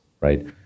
right